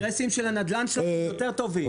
האינטרסים של הנדל"ן שלכם יותר טובים.